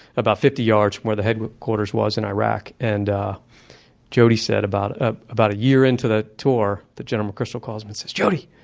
about fifty yards from where the headquarters was in iraq. and jody said about ah about a year into the tour, general mcchrystal calls him and says, jody,